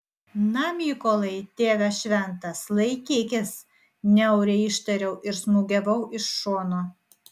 na mykolai tėve šventas laikykis niauriai ištariau ir smūgiavau iš šono